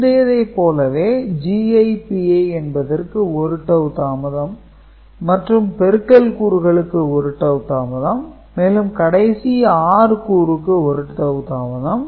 முந்தையதைப் போலவே Gi Pi என்பதற்கு 1 டவூ தாமதம் மற்றும் பெருக்கல் கூறுகளுக்கு 1 டவூ தாமதம் மேலும் கடைசி OR கூறுக்கு 1 டவூ தாமதம்